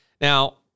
Now